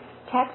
text